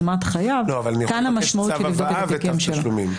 לא, אבל אני יכול לתת צו הבאה וצו תשלומים.